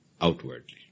outwardly